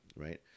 right